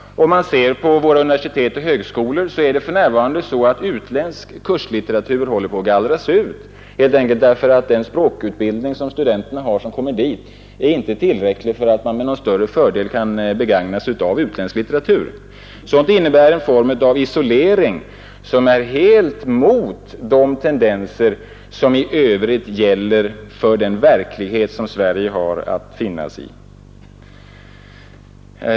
Om man ser på våra universitet och högskolor finner man att utländsk kurslitteratur håller på att gallras ut, helt enkelt därför att den språkutbildning de studenter har som kommer dit inte är tillräcklig för att man med någon större fördel skall kunna begagna utländsk litteratur. Sådant innebär en form av isolering som är helt mot de tendenser som i övrigt gäller för den verklighet Sverige har att finna sig i.